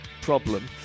problem